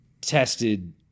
tested